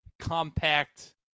compact